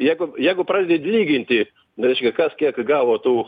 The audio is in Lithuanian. jeigu jeigu pradedi lyginti reiškia kas kiek gavo tų